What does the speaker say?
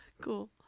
cool